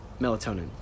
melatonin